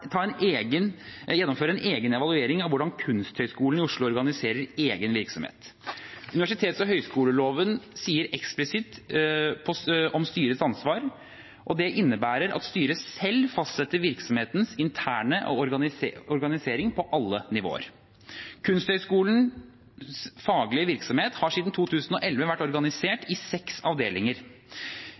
gjennomføre en egen evaluering av hvordan Kunsthøgskolen i Oslo organiserer egen virksomhet. Universitets- og høyskoleloven sier eksplisitt om styrets ansvar: «Styret selv fastsetter virksomhetens interne organisering på alle nivåer.» Kunsthøgskolens faglige virksomhet har siden 2011 vært organisert i seks avdelinger.